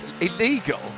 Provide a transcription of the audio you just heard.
Illegal